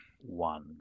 one